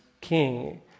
King